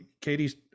Katie's